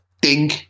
ding